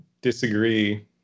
disagree